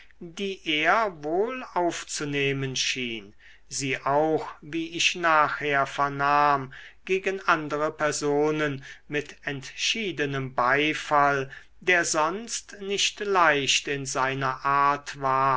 die er wohl aufzunehmen schien sie auch wie ich nachher vernahm gegen andere personen mit entschiedenem beifall der sonst nicht leicht in seiner art war